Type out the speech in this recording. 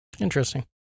Interesting